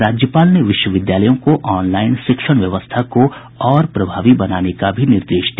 राज्यपाल ने विश्वविद्यालयों को ऑनलाईन शिक्षण व्यवस्था को और प्रभावी बनाने का भी निर्देश दिया